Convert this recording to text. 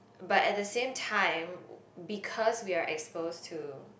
but at the same time because we are exposed to